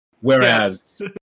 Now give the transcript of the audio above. whereas